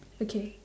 okay